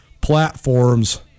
platforms